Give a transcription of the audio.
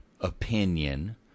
opinion